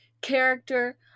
character